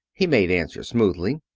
he made answer smoothly.